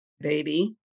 baby